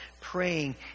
praying